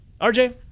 RJ